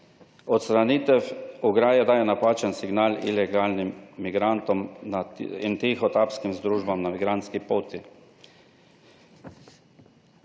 Odstranitev ograje daje napačen signal ilegalnim migrantom in tihotapskim združbam na migrantski poti.